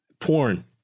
porn